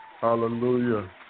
Hallelujah